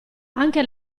anche